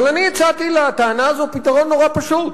אבל אני הצעתי לטענה הזאת פתרון נורא פשוט: